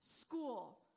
school